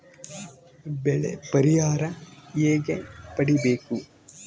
ಬೆಳೆ ಪರಿಹಾರ ಹೇಗೆ ಪಡಿಬೇಕು?